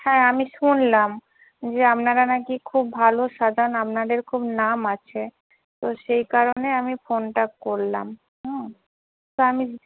হ্যাঁ আমি শুনলাম যে আপনারা না কি খুব ভালো সাজান আপনাদের খুব নাম আছে তো সেই কারণে আমি ফোনটা করলাম তো আমি